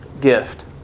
gift